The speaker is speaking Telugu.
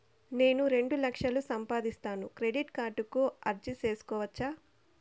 నేను రెండు లక్షలు సంపాదిస్తాను, క్రెడిట్ కార్డుకు అర్జీ సేసుకోవచ్చా?